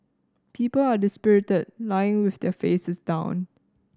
people are dispirited lying with their faces down